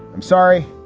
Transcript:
i'm sorry.